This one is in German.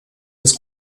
des